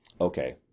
Okay